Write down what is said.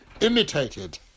imitated